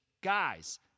guys